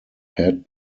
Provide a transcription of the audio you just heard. head